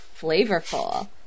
flavorful